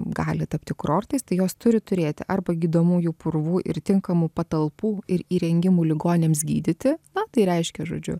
gali tapti kurortais tai jos turi turėti arba gydomųjų purvų ir tinkamų patalpų ir įrengimų ligoniams gydyti na tai reiškė žodžiu